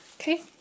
Okay